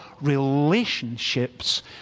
relationships